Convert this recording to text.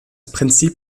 prinzip